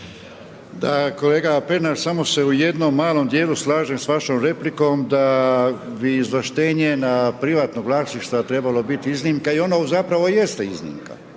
Pernar, samo se u jednom malom dijelu slažem sa vašom replikom da bi izvlaštenje na privatnog vlasništva trebalo bit iznimka i ono zapravo jeste iznimka